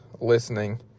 listening